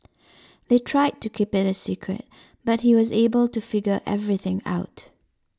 they tried to keep it a secret but he was able to figure everything out